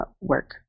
work